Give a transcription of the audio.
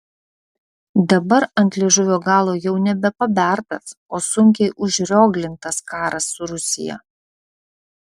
dabar ant liežuvio galo jau nebe pabertas o sunkiai užrioglintas karas su rusija